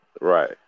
Right